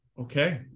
Okay